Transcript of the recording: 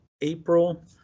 April